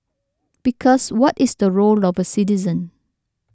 because what is the role of a citizen